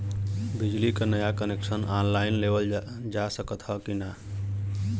बिजली क नया कनेक्शन ऑनलाइन लेवल जा सकत ह का?